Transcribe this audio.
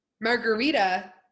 Margarita